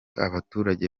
abaturage